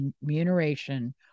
remuneration